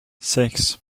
sechs